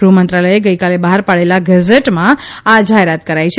ગૃહમંત્રાલયે ગઇકાલે બહાર પાડેલા ગેઝેટમાં આ જાહેરાત કરાઇ છે